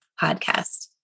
Podcast